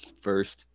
first